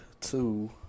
two